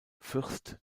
fürst